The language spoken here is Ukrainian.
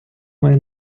маю